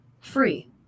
free